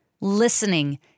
Listening